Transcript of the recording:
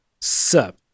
sup